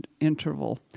interval